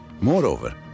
Moreover